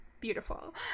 beautiful